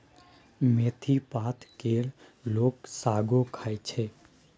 मेथी पात केर लोक सागो खाइ छै